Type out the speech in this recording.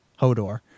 Hodor